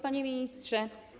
Panie Ministrze!